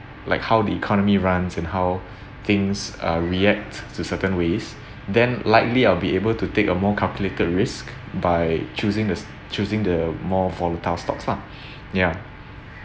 like how the economy runs and how things err react to certain ways then likely I'll be able to take a more calculated risk by choosing the choosing the more volatile stocks lah ya